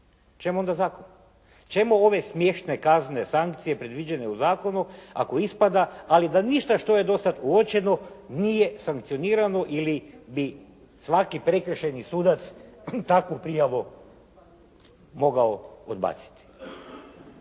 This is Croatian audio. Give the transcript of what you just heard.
Čemu onda zakon? Čemu ove smiješne kazne, sankcije predviđene u zakonu ako ispada, ali da ništa što je dosad uočeno nije sankcionirano ili bi svaki prekršajni sudac takvu prijavu mogao odbaciti.